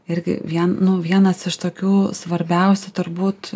irgi vien nu vienas iš tokių svarbiausia turbūt